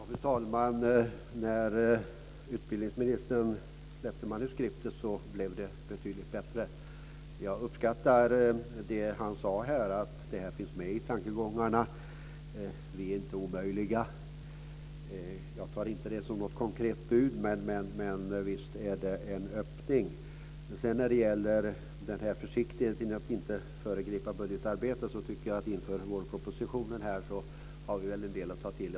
Fru talman! När utbildningsministern släppte manuskriptet blev det betydligt bättre. Jag uppskattar det han har sagt om att detta finns med i tankegångarna - att regeringen inte är omöjlig. Jag tar inte detta som ett konkret bud, men visst är det en öppning. När det gäller försiktigheten att inte föregripa budgetarbetet finns det väl en del att ta till oss av inför vårpropositionen.